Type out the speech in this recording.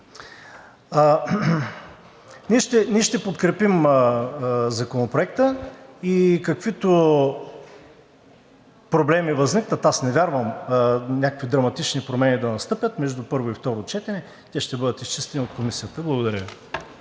Ние ще подкрепим Законопроекта и каквито проблеми възникнат – аз не вярвам някакви драматични промени да настъпят, между първо и второ четене, те ще бъдат изчистени от Комисията. Благодаря